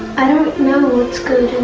i don't know what's good